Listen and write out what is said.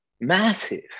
massive